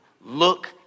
look